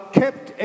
kept